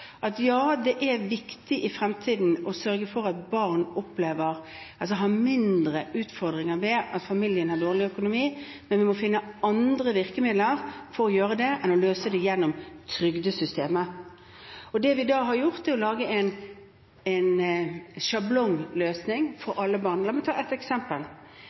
utfordringer med at familien har dårlig økonomi, men vi må da finne andre virkemidler enn å løse det gjennom trygdesystemet. Det vi har gjort, er å lage en sjablongløsning for alle barn. La meg ta et eksempel: